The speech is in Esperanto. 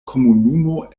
komunumo